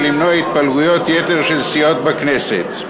ולמנוע התפלגויות יתר של סיעות בכנסת.